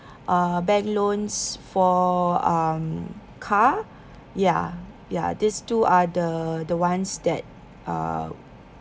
uh bank loans for um car ya ya these two are the the ones that uh